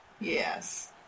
Yes